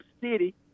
City